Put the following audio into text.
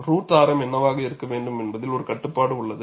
root ஆரம் என்னவாக இருக்க வேண்டும் என்பதில் ஒரு கட்டுப்பாடு உள்ளது